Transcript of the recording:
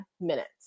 minutes